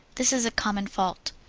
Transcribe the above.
this is a common fault.